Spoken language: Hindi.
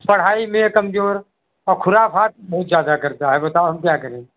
पढ़ाई में कमजोर और खुराफात बहुत ज़्यादा करता है बताओ हम क्या करें